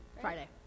Friday